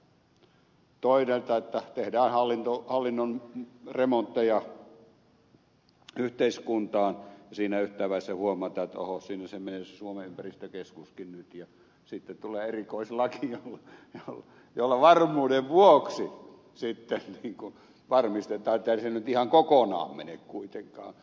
toisaalta niin että tehdään hallinnon remontteja yhteiskuntaan ja siinä yhteydessä huomataan että oho siinä se meni se suomen ympäristökeskuskin nyt ja sitten tulee erikoislaki jolla varmuuden vuoksi sitten varmistetaan ettei se nyt ihan kokonaan mene kuitenkaan